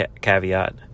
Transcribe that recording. caveat